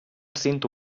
cinto